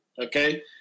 Okay